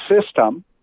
system